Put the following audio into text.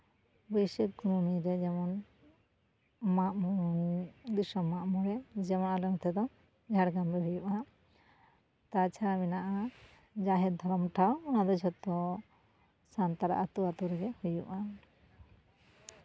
ᱵᱟᱹᱭᱥᱟᱹᱠᱷ ᱠᱩᱱᱟᱹᱢᱤᱨᱮ ᱡᱮᱢᱚᱱ ᱢᱟᱜ ᱫᱤᱥᱚᱢ ᱢᱟᱜᱽ ᱢᱚᱬᱮ ᱡᱮᱢᱚᱱ ᱟᱞᱮ ᱚᱱᱛᱮ ᱫᱚ ᱡᱷᱟᱲᱜᱨᱟᱢ ᱨᱮ ᱦᱩᱭᱩᱜᱼᱟ ᱛᱟᱪᱷᱟᱲᱟ ᱢᱮᱱᱟᱜᱼᱟ ᱡᱟᱦᱮᱨ ᱫᱷᱚᱨᱚᱢ ᱴᱷᱟᱶ ᱚᱱᱟ ᱫᱚ ᱡᱷᱚᱛᱚ ᱥᱟᱱᱛᱟᱲᱟᱜ ᱟᱹᱛᱩ ᱟᱹᱛᱩ ᱨᱮᱜᱮ ᱦᱩᱜᱩᱜᱼᱟ